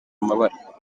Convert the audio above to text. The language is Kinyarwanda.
amabara